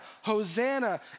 Hosanna